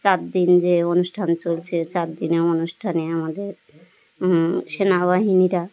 চার দিন যে অনুষ্ঠান চলছে চার দিনের অনুষ্ঠানে আমাদের সেনাবাহিনীরা